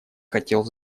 хотел